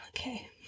Okay